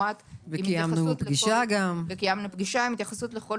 מפורט וקיימנו פגישה עם התייחסות לכל